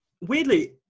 Weirdly